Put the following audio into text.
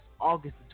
August